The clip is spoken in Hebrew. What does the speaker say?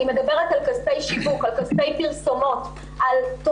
אני מדברת על כספי שיווק, על כספי פרסומות.